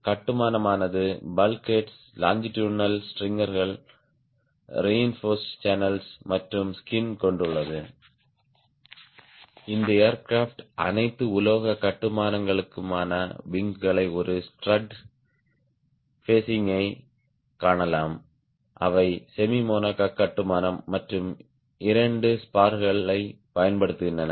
கட்டுமானமானது bulkheads longitudinal ஸ்ட்ரிங்கர்கள் reinforcing channels மற்றும் skin கொண்டுள்ளது இந்த ஏர்கிராப்ட் அனைத்து உலோக கட்டுமானங்களுக்குமான விங்களை ஒரு ஸ்ட்ரட் பேசிங்கைக் காணலாம் அவை செமிமோனோகோக் கட்டுமானம் மற்றும் இரண்டு ஸ்பார்களைப் பயன்படுத்துகின்றன